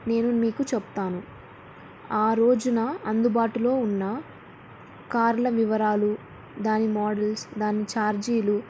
నేను మీకు చెప్తాను ఆ రోజున అందుబాటులో ఉన్న కార్ల వివరాలు దాని మోడల్స్ దాని చార్జీలు